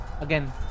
again